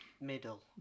Middle